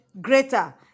greater